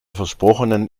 versprochenen